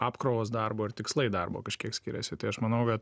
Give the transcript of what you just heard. apkrovos darbo ir tikslai darbo kažkiek skiriasi tai aš manau kad